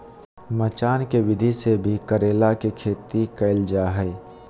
मचान के विधि से भी करेला के खेती कैल जा हय